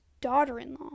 daughter-in-law